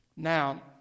Now